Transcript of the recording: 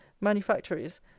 manufactories